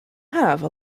have